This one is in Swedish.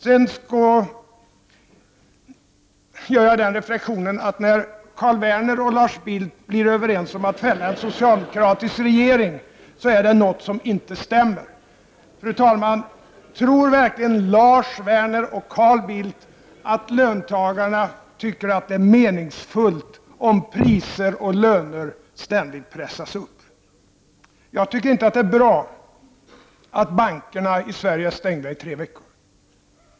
Sedan gör jag den reflexionen att när Lars Werner och Carl Bildt blir överens om att fälla en socialdemokratisk regering är det något som inte stämmer. Fru talman, tror verkligen Lars Werner och Carl Bildt att löntagarna tycker att det är meningsfullt om priser och löner ständigt pressas upp? Jag tycker inte att det är bra att bankerna i Sverige är stängda i tre veckor.